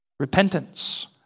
Repentance